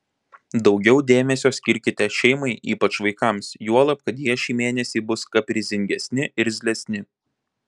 daugiau dėmesio skirkite šeimai ypač vaikams juolab kad jie šį mėnesį bus kaprizingesni irzlesni